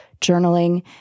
journaling